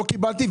ולא קיבלתי.